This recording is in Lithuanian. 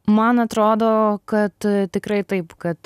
man atrodo kad tikrai taip kad